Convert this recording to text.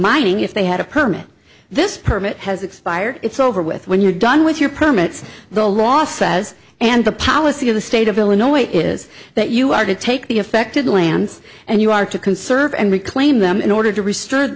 mining if they had a permit this permit has expired it's over with when you're done with your permits the law says and the policy of the state of illinois is that you are to take the affected lands and you are to conserve and reclaim them in order to rest